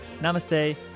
namaste